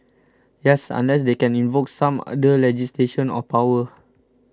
yes unless they can invoke some other legislation or power